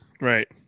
right